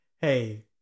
hey